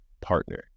partner